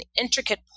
intricate